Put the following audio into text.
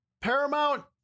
Paramount